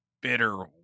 bitter